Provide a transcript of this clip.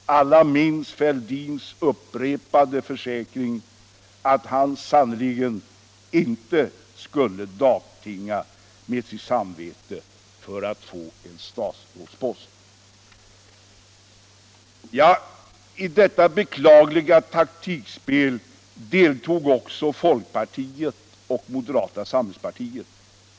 Alla minns Fälldins upprepade försäkring att han sannerligen inte skulle dagtinga med sitt samvete för att få en statsrådspost. I detta beklagliga taktikspel deltog också folkpartiet och moderata samlingspartiet.